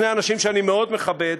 שני אנשים שאני מאוד מכבד,